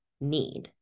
need